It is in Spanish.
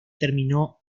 terminó